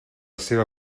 seva